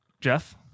Jeff